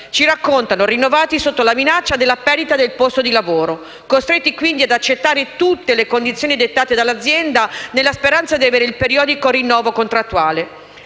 che vengono rinnovati sotto la minaccia della perdita del posto di lavoro. Sono costretti, quindi, ad accettare tutte le condizioni dettate dall'azienda nella speranza di avere il periodico rinnovo contrattuale.